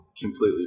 completely